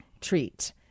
treat